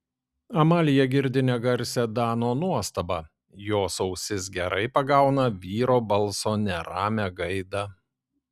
amalija girdi negarsią dano nuostabą jos ausis gerai pagauna vyro balso neramią gaidą